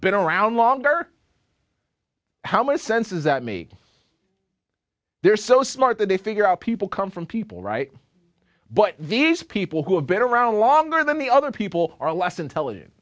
been around longer how my sense is that me they're so smart that they figure out people come from people right but these people who have been around longer than the other people are less intelligent